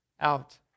out